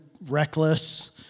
reckless